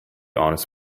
honest